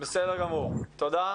תודה.